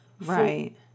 right